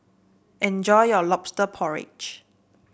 enjoy your lobster porridge